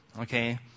okay